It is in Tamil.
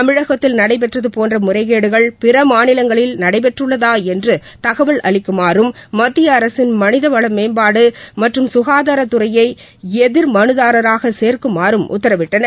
தமிழகத்தில் நடைபெற்றது போன்ற நடைபெற்றுள்ளதா என்று தகவல்அளிக்குமாறும் மத்திய அரசின் மனிதவள மேம்பாடு மற்றும் சுகாதாரத்துறையை எதிர் மனதாரராக சேர்க்குமாறும் உத்தரவிட்டனர்